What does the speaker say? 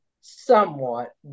somewhat